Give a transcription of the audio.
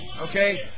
okay